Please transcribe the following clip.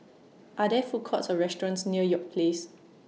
Are There Food Courts Or restaurants near York Place